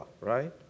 right